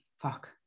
fuck